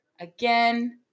again